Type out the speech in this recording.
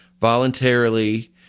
voluntarily